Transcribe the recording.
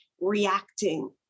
reacting